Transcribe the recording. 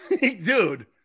Dude